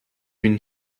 hon